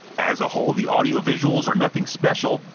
as a whole, the audio visuals are nothing special,